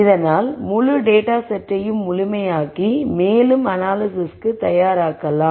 இதனால் முழு டேட்டா செட்டையும் முழுமையாக்கி மேலும் அனாலிஸிஸ்க்கு தயாராக்கலாம்